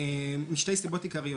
משתי סיבות עיקריות.